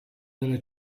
della